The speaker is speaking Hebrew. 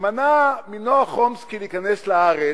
שמנע מנועם חומסקי להיכנס לארץ,